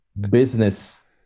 business